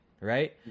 right